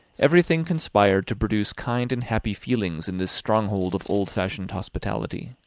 everything conspired to produce kind and happy feelings in this stronghold of old-fashioned hospitality.